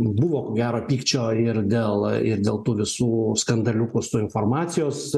buvo ko gero pykčio ir dėl ir dėl tų visų skandaliukų su informacijos